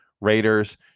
Raiders